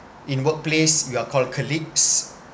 in workplace you are called colleagues